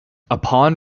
upon